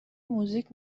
موزیک